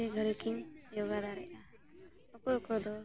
ᱟᱹᱰᱤ ᱜᱷᱟᱹᱲᱤᱡ ᱤᱧ ᱡᱳᱜᱟ ᱫᱟᱲᱮᱭᱟᱜᱼᱟ ᱚᱠᱚᱭ ᱚᱠᱚᱭ ᱫᱚ